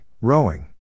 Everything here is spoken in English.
Rowing